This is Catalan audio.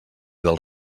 del